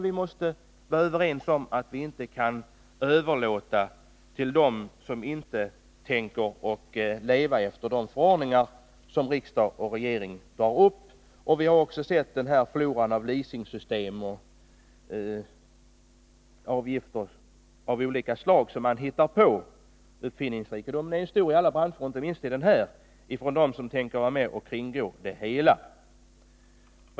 Vi måste vara överens om att vi inte kan överlåta denna marknadsandel till dem som inte tänker leva efter de förordningar som riksdag och regering drar upp. Vi har också sett floran av leasingsystem och avgifter av olika slag, som man hittar på. Uppfinningsrikedomen är stor i alla branscher — inte minst i den här — hos dem som tänker vara med och kringgå lagstiftningen.